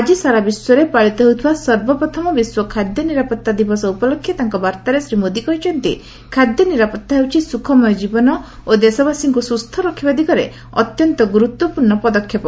ଆଜି ସାରା ବିଶ୍ୱରେ ପାଳିତ ହେଉଥିବା ସର୍ବପ୍ରଥମ ବିଶ୍ୱ ଖାଦ୍ୟ ନିରାପତ୍ତା ଦିବସ ଉପଲକ୍ଷେ ତାଙ୍କ ବାର୍ତ୍ତାରେ ଶ୍ରୀ ମୋଦି କହିଛନ୍ତି ଖାଦ୍ୟ ନିରାପତ୍ତା ହେଉଛି ସୁଖମୟ ଜୀବନ ଓ ଦେଶବାସୀଙ୍କୁ ସୁସ୍ଥ ରଖିବା ଦିଗରେ ଅତ୍ୟନ୍ତ ଗୁରୁତ୍ୱପୂର୍ଣ୍ଣ ପଦକ୍ଷେପ